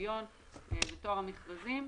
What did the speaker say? שוויון וטוהר המכרזים.